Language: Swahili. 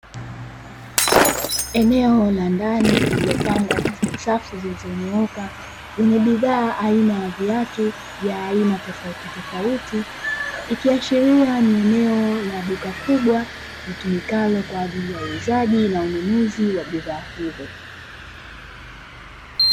Eneo la ndani lililopangwa katika safu zilizonyooka, lenye bidhaa a ina ya viatu vya aina tofautitofauti. Likiashikiria ni eneo la duka kubwa litumikalo kwa ajili ya uuzaji na ununuzi wa bidhaa hizo.